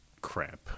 crap